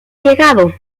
llegado